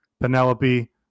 Penelope